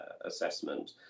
assessment